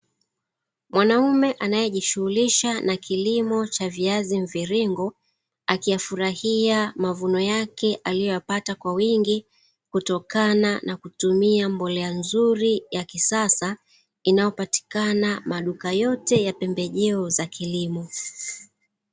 Mwanaume anayejishughulisha na kilimo cha viazi mviringo akifurahiya mazao yake yanayotokana na kutumia mbolea nzuri inayopatikana kwenye maduka yote ya bidhaa za kilimo